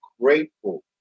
grateful